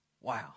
Wow